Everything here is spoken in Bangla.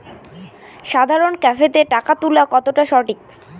সাধারণ ক্যাফেতে টাকা তুলা কতটা সঠিক?